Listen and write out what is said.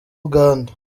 bugande